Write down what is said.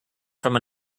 from